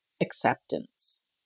acceptance